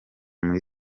muri